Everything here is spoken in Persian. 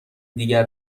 دیگر